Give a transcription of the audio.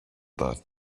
that